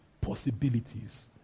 possibilities